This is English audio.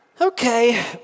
Okay